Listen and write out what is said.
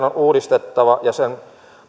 on uudistettava ja sen